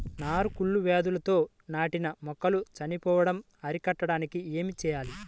నారు కుళ్ళు వ్యాధితో నాటిన మొక్కలు చనిపోవడం అరికట్టడానికి ఏమి చేయాలి?